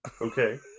Okay